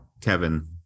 Kevin